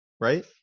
right